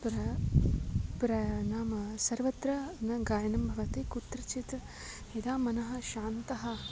प्र प्र नाम सर्वत्र न गायनं भवति कुत्रचित् यदा मनः शान्तः